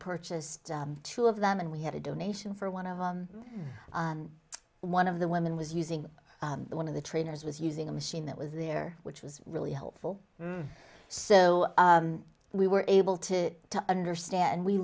purchased two of them and we had a donation for one of the one of the women was using one of the trainers was using a machine that was there which was really helpful so we were able to to understand we